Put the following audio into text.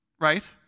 Right